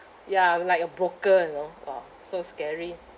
ya like a broker you know !wah! so scary